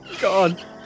God